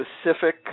specific